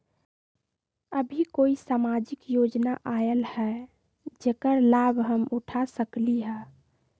अभी कोई सामाजिक योजना आयल है जेकर लाभ हम उठा सकली ह?